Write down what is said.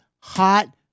hot